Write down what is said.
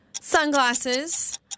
Sunglasses